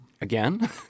Again